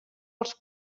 els